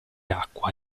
acqua